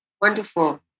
Wonderful